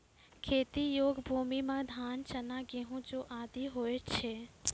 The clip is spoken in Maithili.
खेती योग्य भूमि म धान, चना, गेंहू, जौ आदि होय छै